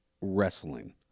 wrestling